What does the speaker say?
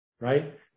right